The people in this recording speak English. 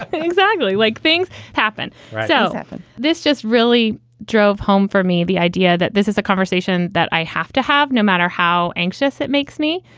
ah exactly. like things happen so often this just really drove home for me. the idea that this is a conversation that i have to have no matter how anxious it makes me.